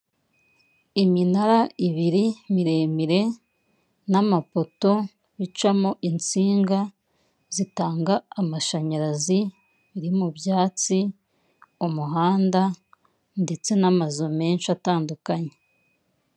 Iminara ibiri miremire, n'amapoto bicamo insinga zitanga amashanyarazi, biri mu byatsi, umuhanda ndetse n'amazu menshi atandukanye.